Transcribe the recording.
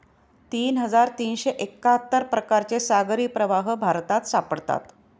तीन हजार तीनशे एक्काहत्तर प्रकारचे सागरी प्रवाह भारतात सापडतात